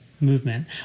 movement